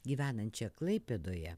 gyvenančią klaipėdoje